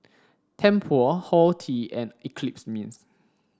Tempur Horti and Eclipse Mints